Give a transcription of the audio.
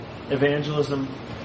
evangelism